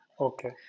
okay